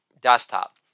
desktop